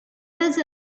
was